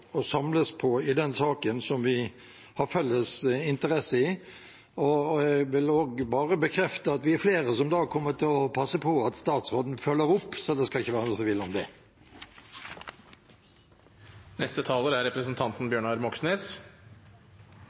samles på i en sak som vi har felles interesse i. Jeg vil også bare bekrefte at vi er flere som da kommer til å passe på at statsråden følger opp, så det skal ikke være noen tvil om det. Når det gjelder forslaget vi har fremmet, er